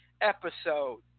episode